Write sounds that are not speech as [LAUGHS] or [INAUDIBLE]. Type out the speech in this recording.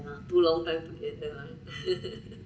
ya lah too long time together [LAUGHS]